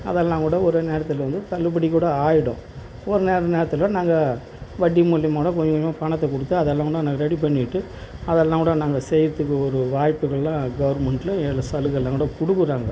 அதெல்லாம் கூட ஒரே நேரத்தில் வந்து தள்ளுபடிக்கூட ஆகிடும் ஒரு நேரத்தில் நாங்கள் வட்டி மூலிமா கூட கொஞ்சம் கொஞ்சமாக பணத்தை கொடுத்து அதெல்லாம் கூட நாங்கள் ரெடி பண்ணிட்டு அதெல்லாம் கூட நாங்கள் செய்கிறத்துக்கு ஒரு வாய்ப்புகள்லாம் கவுர்மெண்ட்டில் எங்களுக்கு சலுகையெல்லாம் கூட கொடுக்குறாங்க